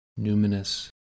numinous